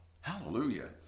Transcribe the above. Hallelujah